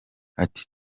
ati